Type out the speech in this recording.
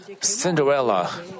Cinderella